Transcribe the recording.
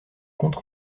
compte